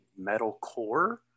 metalcore